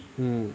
hmm